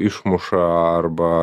išmuša arba